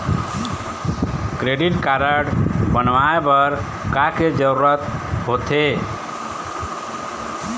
Credit card बनवाए बर का के जरूरत होते?